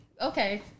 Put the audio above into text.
Okay